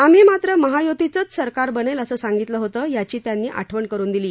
आम्ही मात्रं महायुतीचच सरकार बनेल असं सांगितलं होतं याची त्यांनी आठवण करुन दिली